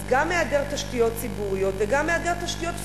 אז גם היעדר תשתיות ציבוריות וגם היעדר תשתיות פיזיות.